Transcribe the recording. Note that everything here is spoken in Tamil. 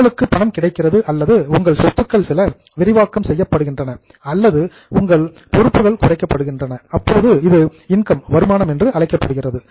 உங்களுக்கு பணம் கிடைக்கிறது அல்லது உங்கள் அசட்ஸ் சொத்துக்கள் சில விரிவாக்கம் செய்யப்படுகின்றன அல்லது உங்கள் லியாபிலிடீஸ் பொறுப்புகள் குறைக்கப்படுகின்றன அப்போது அது இன்கம் வருமானம் என்று அழைக்கப்படுகிறது